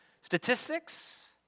statistics